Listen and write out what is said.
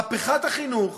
מהפכת החינוך